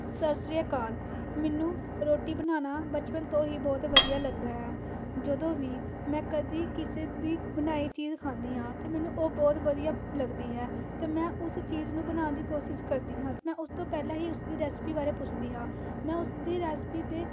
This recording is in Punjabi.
ਸਤਿ ਸ਼੍ਰੀ ਅਕਾਲ ਮੈਨੂੰ ਰੋਟੀ ਬਣਾਉਣਾ ਬਚਪਨ ਤੋਂ ਹੀ ਬਹੁਤ ਵਧੀਆ ਲੱਗਦਾ ਆ ਜਦੋਂ ਵੀ ਮੈਂ ਕਦੀ ਕਿਸੇ ਦੀ ਬਣਾਈ ਚੀਜ਼ ਖਾਂਦੀ ਹਾਂ ਤਾਂ ਮੈਨੂੰ ਉਹ ਬਹੁਤ ਵਧੀਆ ਲੱਗਦੀ ਹੈ ਅਤੇ ਮੈਂ ਉਸ ਚੀਜ਼ ਨੂੰ ਬਣਾਉਣ ਦੀ ਕੋਸ਼ਿਸ਼ ਕਰਦੀ ਹਾਂ ਅਤੇ ਮੈਂ ਉਸ ਤੋਂ ਪਹਿਲਾਂ ਹੀ ਉਸ ਦੀ ਰੈਸਪੀ ਬਾਰੇ ਪੁੱਛਦੀ ਹਾਂ ਮੈਂ ਉਸਦੀ ਰੈਸਪੀ ਦੇ